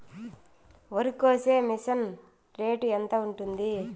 వరికోసే machine rate ఎంత ఉంటుంది?